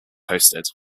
hosted